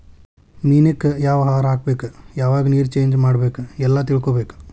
ಮೇನಕ್ಕ ಯಾವ ಆಹಾರಾ ಹಾಕ್ಬೇಕ ಯಾವಾಗ ನೇರ ಚೇಂಜ್ ಮಾಡಬೇಕ ಎಲ್ಲಾ ತಿಳಕೊಬೇಕ